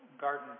garden